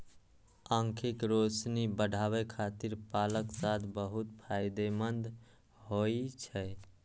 आंखिक रोशनी बढ़ाबै खातिर पालक साग बहुत फायदेमंद होइ छै